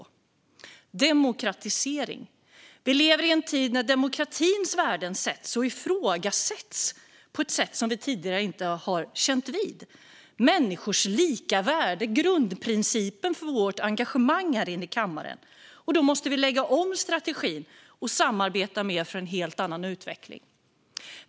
Först och främst handlar det om demokratisering. Vi lever i en tid när demokratins värden utsätts och ifrågasätts på ett sätt som vi tidigare inte har fått vidkännas. Man ifrågasätter människors lika värde, grundprincipen för vårt engagemang här i kammaren. Då måste vi lägga om strategin och samarbeta mer för att få en helt annan utveckling.